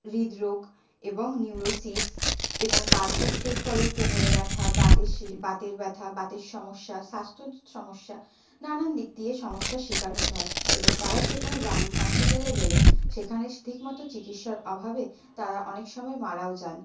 হৃদরোগ এবং নিউরোসিস এবং বার্ধক্যের ফলে কোমরে ব্যাথা বাতের বাতের ব্যাথা বাতে সমস্যা স্বাস্থ্যর সমস্যা নানান দিক দিয়ে সমস্যার শিকার হতে হয় এবং তারা সেখানে গ্রামের হসপিটালে গেলে সেখানে ঠিক মতো চিকিৎসার অভাবে তারা অনেক সময় মারাও যান এই